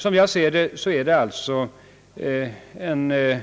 Som jag ser det är det en allvarlig